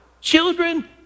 children